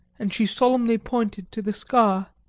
and she solemnly pointed to the scar.